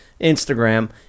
Instagram